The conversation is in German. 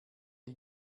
die